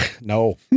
No